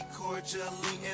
cordially